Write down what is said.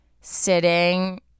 sitting